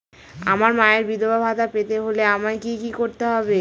আমার মায়ের বিধবা ভাতা পেতে হলে আমায় কি কি করতে হবে?